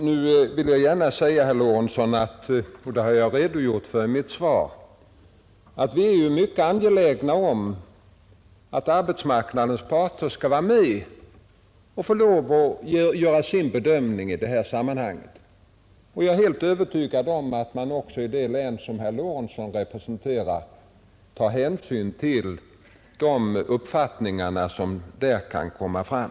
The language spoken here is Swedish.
Jag vill gärna säga herr Lorentzon — och jag har också redogjort för det i mitt svar — att vi är mycket angelägna om att arbetsmarknadens parter skall vara med och få lov att göra sin bedömning i sammanhanget. Jag är helt övertygad om att man även i det län som herr Lorentzon representerar tar hänsyn till de uppfattningar som där kan komma fram.